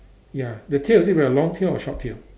ya the tail is it like a long tail or short tail